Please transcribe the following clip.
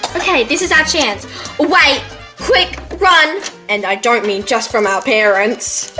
okay this is our chance white quick run and i don't mean just from our parents